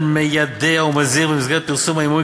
מיידע ומזהיר במסגרת פרסום ההימורים,